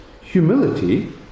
Humility